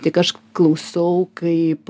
tik aš klausau kaip